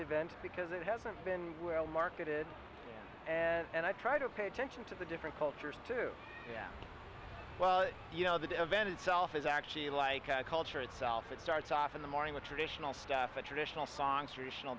event because it hasn't been well marketed and i try to pay attention to the different cultures to yeah well you know that event itself is actually like culture itself it starts off in the morning with traditional stuff a traditional songs traditional